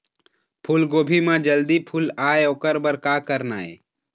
फूलगोभी म जल्दी फूल आय ओकर बर का करना ये?